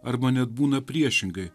arba net būna priešingai